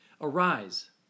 Arise